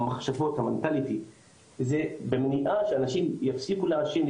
זה במניעה שאנשים יפסיקו לעשן,